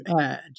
add